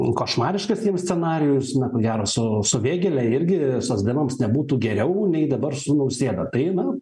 košmariškas jiems scenarijus na ko gero su su vėgėle irgi socdemams nebūtų geriau nei dabar su nausėda tai na